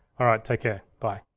all right, take care. bye.